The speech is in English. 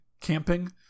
camping